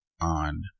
on